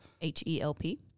H-E-L-P